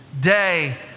day